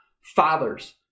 fathers